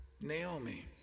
Naomi